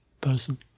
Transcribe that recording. person